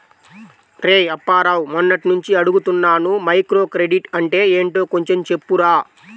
రేయ్ అప్పారావు, మొన్నట్నుంచి అడుగుతున్నాను మైక్రోక్రెడిట్ అంటే ఏంటో కొంచెం చెప్పురా